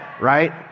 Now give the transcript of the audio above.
Right